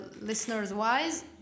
listeners-wise